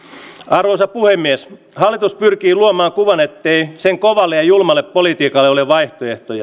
arvoisa puhemies hallitus pyrkii luomaan kuvan ettei sen kovalle ja julmalle politiikalle ole vaihtoehtoja